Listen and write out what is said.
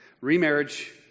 Remarriage